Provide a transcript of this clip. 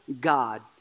God